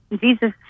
Jesus